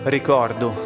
Ricordo